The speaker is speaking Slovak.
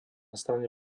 strane